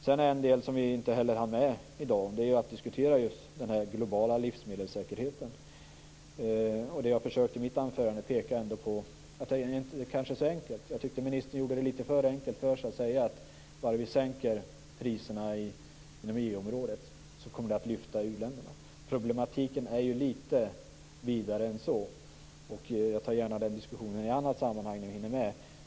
En annan del som vi inte heller hann med i dag är att diskutera just den här globala livsmedelssäkerheten. Jag försökte i mitt anförande ändå peka på att det kanske inte är så enkelt. Jag tyckte att ministern gjorde det litet för enkelt för sig när hon sade att bara vi sänker priserna inom EU-området kommer det att lyfta u-länderna. Problematiken är ju litet vidare än så. Jag tar gärna den diskussionen i annat sammanhang, när vi hinner med.